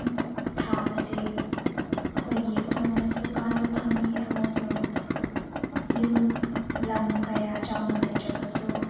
ꯊꯥꯕꯁꯦ ꯑꯩꯈꯣꯏꯒꯤ ꯑꯩꯈꯣꯏ ꯉꯣꯟꯗꯁꯨ ꯀꯥꯟꯕ ꯐꯪꯏ ꯑꯃꯁꯨꯡ ꯌꯨꯝ ꯂꯝ ꯀꯌꯥ ꯆꯥꯎꯅ ꯂꯩꯇ꯭ꯔꯒꯁꯨ